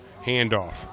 Handoff